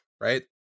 right